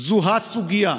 זו ה-סוגיה,